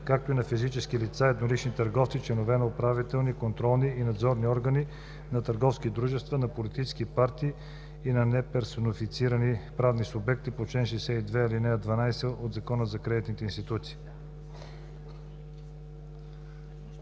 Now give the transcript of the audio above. „както и на физически лица, еднолични търговци, членове на управителни, контролни и надзорни органи на търговски дружества, на политически партии и на неперсонифицирани правни субекти по чл. 62, ал. 12 от Закона за кредитните институции.“